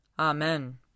Amen